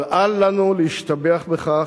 אבל אל לנו להשתבח בכך,